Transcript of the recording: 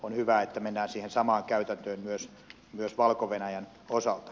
on hyvä että mennään siihen samaan käytäntöön myös valko venäjän osalta